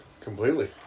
completely